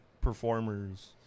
performers